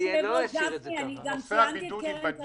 ציינתי גם את קרן קרב,